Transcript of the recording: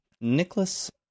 Nicholas